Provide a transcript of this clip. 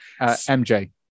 MJ